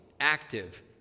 active